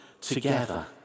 together